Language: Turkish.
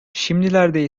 şimdilerde